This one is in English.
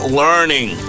learning